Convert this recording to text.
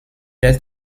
est